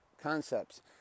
concepts